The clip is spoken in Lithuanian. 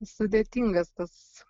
sudėtingas tas